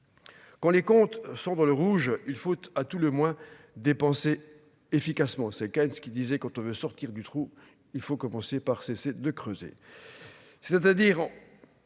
quand les comptes sont dans le rouge, il faut à tout le moins dépensé efficacement séquences qui disait : quand on veut sortir du trou, il faut commencer par cesser de creuser,